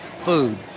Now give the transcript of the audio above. food